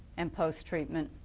and post treatment.